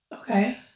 Okay